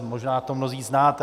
Možná to mnozí znáte.